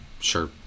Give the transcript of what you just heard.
Sure